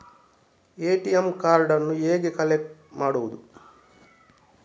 ATM ಕಾರ್ಡನ್ನು ಹೇಗೆ collect ಮಾಡುವುದು?